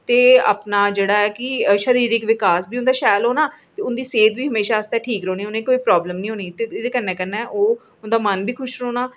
ते अपना एह् ऐ की उं'दा शरीरिक विकास बी उं'दा शैल होना ते उं'दी सेह्त बी हमेशा आस्तै ठीक रौह्नी ते उ'नेंगी कोई प्रॉब्लम निं होनी एह्दे कन्नै कन्नै ओह् 'मन बी खुश रौह्ना